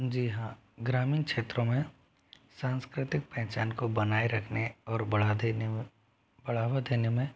जी हाँ ग्रामीण क्षेत्रो में सांस्कृतिक पहचान को बनाए रखने और बढ़ा देने में बढ़ावा देने में